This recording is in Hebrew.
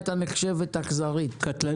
הייתה נחשבת קטלנית,